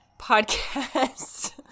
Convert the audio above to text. podcast